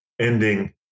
ending